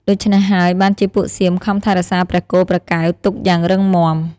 ដូច្នេះហើយបានជាពួកសៀមខំថែរក្សាព្រះគោព្រះកែវទុកយ៉ាងរឹងមាំ។